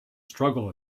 struggle